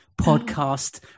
Podcast